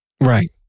Right